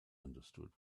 understood